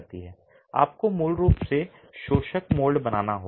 आपको मूल रूप से शोषक मोल्ड बनाना होगा